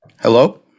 hello